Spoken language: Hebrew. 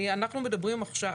אנחנו מדברים עכשיו